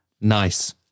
Nice